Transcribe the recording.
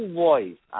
voice